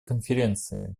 конференции